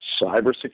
cybersecurity